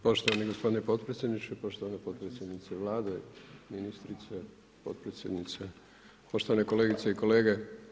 Poštovani gospodine potpredsjedniče, poštovana potpredsjednice Vlade, ministrice, potpredsjednice, poštovane kolegice i kolege.